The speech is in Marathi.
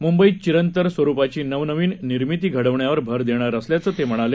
मुंबईत चिरंतन स्वरुपाची नवनवीन निर्मिती घडवण्यावर भर देणार असल्याचं ते म्हणाले